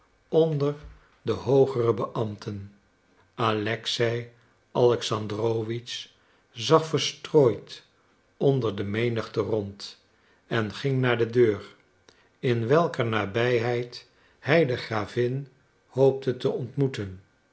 onder de hoogere beambten alexei alexandrowitsch zag verstrooid onder de menigte rond en ging naar de deur in welker nabijheid hij de gravin hoopte te ontmoeten